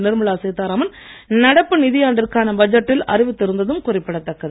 நிர்மலா சீத்தாராமன் நடப்பு நிதி ஆண்டிற்கான பட்ஜெட்டில் அறிவித்து இருந்த்தும் குறிப்பிடத்தக்கது